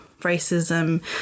racism